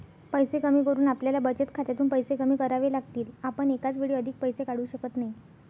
पैसे कमी करून आपल्याला बचत खात्यातून पैसे कमी करावे लागतील, आपण एकाच वेळी अधिक पैसे काढू शकत नाही